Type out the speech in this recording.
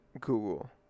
Google